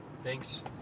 Thanks